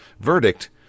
Verdict